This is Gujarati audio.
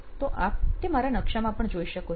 તો આપ તે મારા નકશામાં પણ જોઈ શકો છો